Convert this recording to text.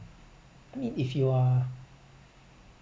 mean if you are